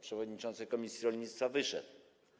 Przewodniczący komisji rolnictwa wyszedł.